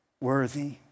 worthy